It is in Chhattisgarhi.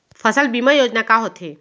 फसल बीमा योजना का होथे?